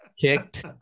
kicked